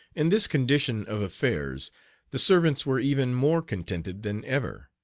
in this condition of affairs the servants were even more contented than ever.